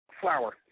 Flower